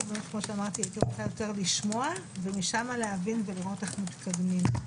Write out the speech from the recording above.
באמת רוצה לשמוע ומשם להבין איך מתקדמים.